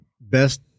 best